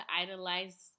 idolize